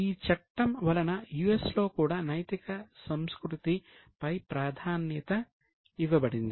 ఈ చట్టం వలన యుఎస్ లో కూడా నైతిక సంస్కృతిపై ప్రాధాన్యత ఇవ్వబడింది